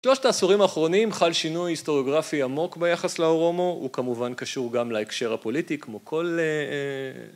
שלושת העשורים האחרונים חל שינוי היסטוריוגרפי עמוק ביחס להורומו, הוא כמובן קשור גם להקשר הפוליטי כמו כל...